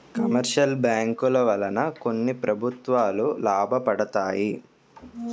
commercial బ్యాంకుల వలన కొన్ని ప్రభుత్వాలు లాభపడతాయి